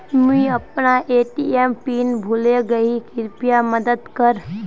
मुई अपना ATM pin भूले गही कृप्या मदद कर